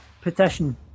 petition